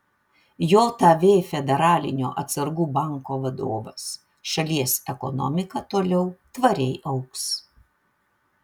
jav federalinio atsargų banko vadovas šalies ekonomika toliau tvariai augs